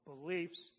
beliefs